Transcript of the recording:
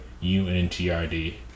U-N-T-R-D